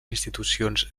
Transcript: institucions